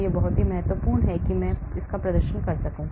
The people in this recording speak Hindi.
यह बहुत महत्वपूर्ण है मैं प्रदर्शन करता हूं